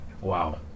Wow